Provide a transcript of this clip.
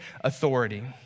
authority